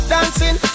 Dancing